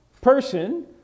person